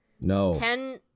No